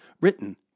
written